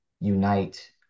unite